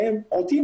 שהם נמצאים